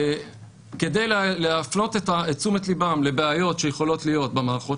כדי להפנות את תשומת לבם לבעיות שיכולות להיות במערכות